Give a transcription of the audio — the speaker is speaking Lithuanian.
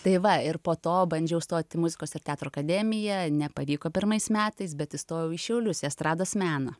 tai va ir po to bandžiau stot į muzikos ir teatro akademiją nepavyko pirmais metais bet įstojau į šiaulius estrados meną